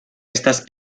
estas